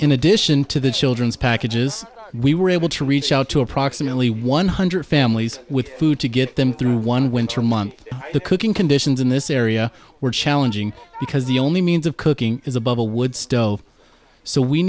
in addition to the children's packages we were able to reach out to approximately one hundred families with food to get them through one winter month the cooking conditions in this area were challenging because the only means of cooking is above a wood stove so we